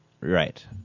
Right